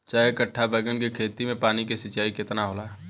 चार कट्ठा बैंगन के खेत में पानी के सिंचाई केतना होला?